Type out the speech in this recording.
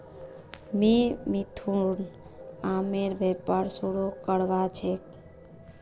की मिथुन आमेर व्यापार शुरू करवार छेक